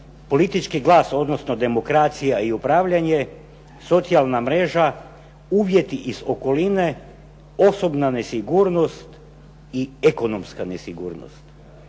politički glas, odnosno demokracija i upravljanje, socijalna mreža, uvjeti iz okoline, osobna nesigurnost i ekonomska nesigurnost.